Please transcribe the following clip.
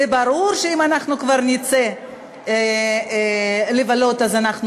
וברור שאם אנחנו כבר נצא לבלות אז אנחנו